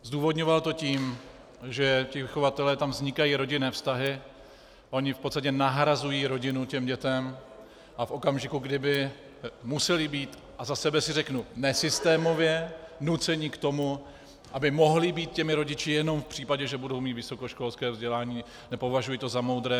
Zdůvodňoval to tím, že ti vychovatelé, tam vznikají rodinné vztahy, oni v podstatě nahrazují dětem rodinu a v okamžiku, kdy by museli být a za sebe si řeknu nesystémově nuceni k tomu, aby mohli být těmi rodiči jenom v případě, že budou mít vysokoškolské vzdělání, nepovažuji to za moudré.